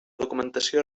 documentació